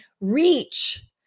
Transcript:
reach